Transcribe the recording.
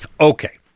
okay